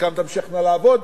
חלקן תמשכנה לעבוד,